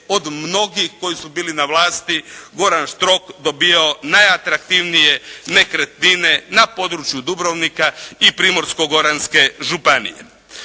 od mnogih koji su bili na vlasti Goran Štrok dobivao najatraktivnije nekretnine na području Dubrovnika i Primorsko-goranske županije.